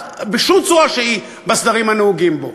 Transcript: בשום צורה שהיא בסדרים הנהוגים בו.